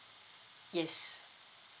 yes